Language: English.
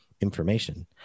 information